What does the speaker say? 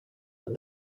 and